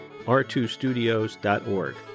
r2studios.org